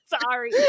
sorry